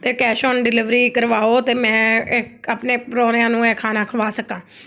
ਅਤੇ cash on delivery ਕਰਵਾਉ ਅਤੇ ਮੈਂ ਇੱਕ ਆਪਣੇ ਪ੍ਰਾਹੁਣਿਆਂ ਨੂੰ ਇਹ ਖਾਣਾ ਖਵਾ ਸਕਾਂ